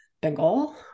Bengal